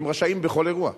שהם רשאים בכל אירוע.